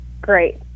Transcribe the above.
great